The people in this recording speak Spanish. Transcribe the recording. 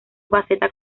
faceta